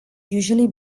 usually